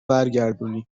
برگردونی